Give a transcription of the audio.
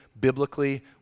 biblically